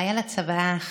והייתה לה צוואה אחת: